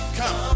come